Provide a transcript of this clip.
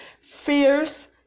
fierce